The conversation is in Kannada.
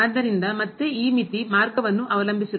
ಆದ್ದರಿಂದ ಮತ್ತೆ ಈ ಮಿತಿ ಮಾರ್ಗವನ್ನು ಅವಲಂಬಿಸಿರುತ್ತದೆ